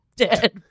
dead